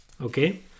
Okay